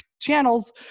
channels